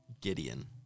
Gideon